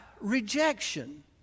rejection